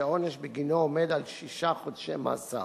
שהעונש בגינו עומד על שישה חודשי מאסר.